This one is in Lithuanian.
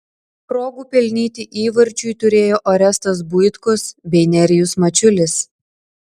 progų pelnyti įvarčiui turėjo orestas buitkus bei nerijus mačiulis